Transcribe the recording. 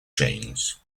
chains